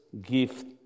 gift